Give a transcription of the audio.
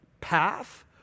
path